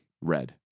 red